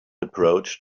approached